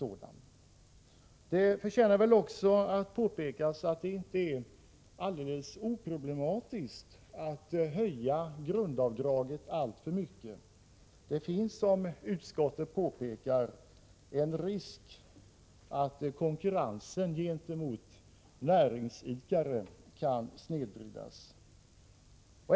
Det förtjänar väl också att påpekas att det inte är alldeles oproblematiskt att höja grundavdraget alltför mycket. Det finns, som utskottet påpekar, en risk för att konkurrensen gentemot näringsidkare kan snedvridas.